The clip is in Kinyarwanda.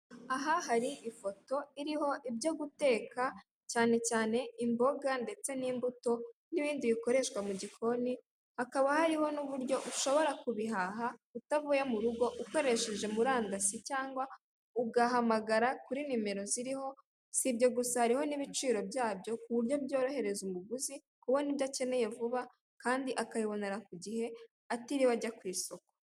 Aha hari ifoto iriho ibyo guteka cyane cyane imboga ndetse n'imbuto n'ibindi bikoreshwa mu gikoni, hakaba hariho n'uburyo ushobora kubihaha utavuye mu rugo, ukoresheje murandasi cyangwa ugahamagara kuri nimero ziriho. Si ibyo gusa hariho n'ibiciro byabyo, ku buryo byorohereza umuguzi kubona ibyo akeneye vuba kandi akabibonera ku gihe atiriwe ajya ku isoko.